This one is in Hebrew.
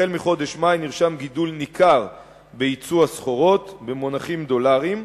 החל מחודש מאי נרשם גידול ניכר ביצוא הסחורות במונחים דולריים,